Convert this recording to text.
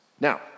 Now